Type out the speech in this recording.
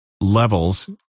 levels